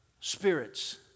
spirits